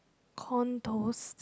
condos